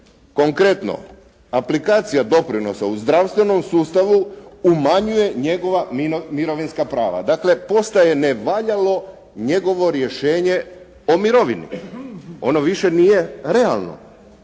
konkretno, aplikacija doprinosa u zdravstvenom sustavu umanjuje njegova mirovinska prava. Dakle, postaje nevaljalo njegovo rješenje o mirovini, ono više nije realno.